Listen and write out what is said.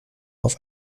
auf